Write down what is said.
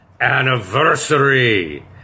anniversary